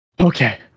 Okay